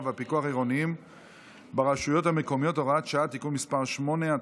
והפיקוח העירוניים ברשויות המקומיות (הוראת שעה) (תיקון מס' 8),